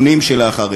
מאשר בדיונים שלאחריהן.